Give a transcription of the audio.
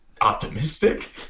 optimistic